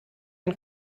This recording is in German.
ein